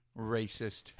racist